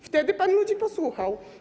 Wtedy pan ludzi posłuchał.